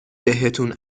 بهتون